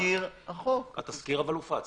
גדעון.